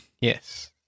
Yes